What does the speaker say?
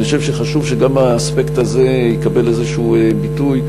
ואני חושב שחשוב שגם האספקט הזה יקבל איזשהו ביטוי,